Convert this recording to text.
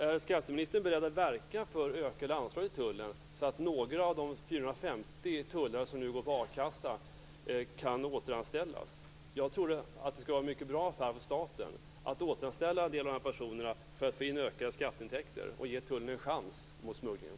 Är skatteministern beredd att verka för ökade anslag till tullen, så att några av de 450 tullare som nu går på a-kassa kan återanställas? Jag tror att det skulle vara mycket bra för staten att återanställa en del av de här personerna för att få in ökade skatteintäkter och ge tullen en chans mot smugglingen.